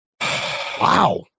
Wow